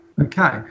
Okay